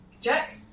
Jack